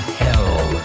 hell